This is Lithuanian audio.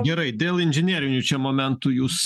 gerai dėl inžinerinių čia momentų jūs